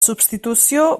substitució